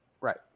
Right